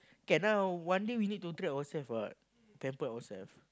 can lah one day we need to treat ourselves what pampered ourselves